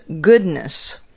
goodness